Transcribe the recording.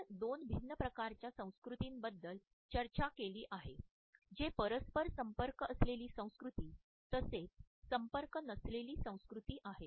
आपण दोन भिन्न प्रकारच्या संस्कृतींबद्दल चर्चा केली आहे जे परस्पर संपर्क असलेली संस्कृती तसेच संपर्क नसलेली संस्कृती आहेत